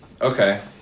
Okay